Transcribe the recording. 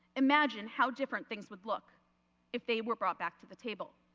imagine how different things would look if they were brought back to the table.